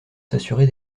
s’assurer